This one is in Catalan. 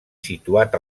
situat